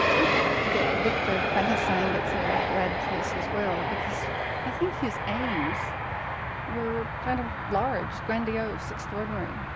i think that victor frankenstein gets a lot of bad press as well, because i think his aims were kind of large, grandiose, extraordinary,